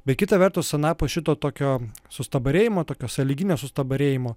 bet kita vertus anapus šito tokio sustabarėjimo tokios sąlyginio sustabarėjimo